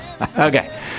Okay